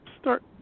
start